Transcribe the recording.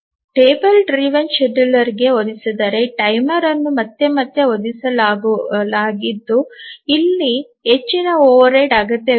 table ಚಾಲಿತ ವೇಳಾಪಟ್ಟಿಗೆ ಹೋಲಿಸಿದರೆ ಟೈಮರ್ ಅನ್ನು ಮತ್ತೆ ಮತ್ತೆ ಹೊಂದಿಸಲಾಗಿದ್ದು ಇಲ್ಲಿ ಹೆಚ್ಚಿನ ಓವರ್ಹೆಡ್ ಅಗತ್ಯವಿರುತ್ತದೆ